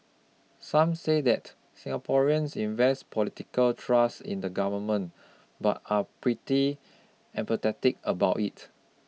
some say that Singaporeans invest political trust in the government but are pretty apathetic about it